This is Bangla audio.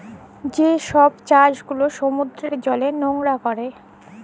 যে ছব চাষ গুলা সমুদ্রের জলে লকরা ক্যরে